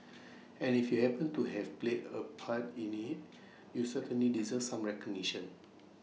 and if you happened to have played A part in IT you certainly deserve some recognition